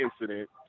incident